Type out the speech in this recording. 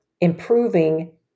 improving